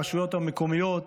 הרשויות המקומיות,